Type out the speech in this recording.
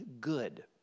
good